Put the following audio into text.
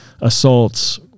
assaults